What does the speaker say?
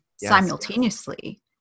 simultaneously